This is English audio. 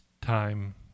time